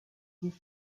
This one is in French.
dit